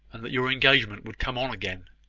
and that your engagement would come on again.